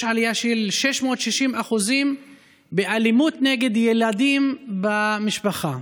עלייה של 660% באלימות נגד ילדים במשפחה,